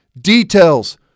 Details